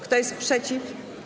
Kto jest przeciw?